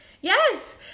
Yes